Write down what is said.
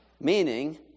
meaning